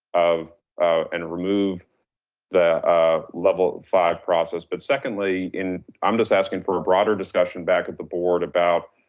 of and remove the level five process but secondly, in, i'm just asking for a broader discussion back at the board about,